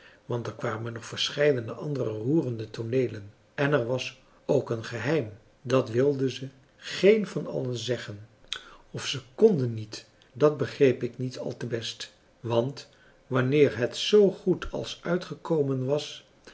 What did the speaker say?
want er kwamen nog verscheiden andere roerende tooneelen en er was ook een geheim dat wilden ze geen van allen zeggen of ze konden niet dat begreep ik niet al te best want wanneer het zoo goed als uitgekomen was